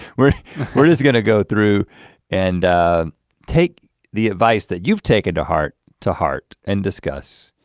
we're we're just gonna go through and take the advice that you've taken to heart to heart and discuss.